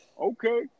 Okay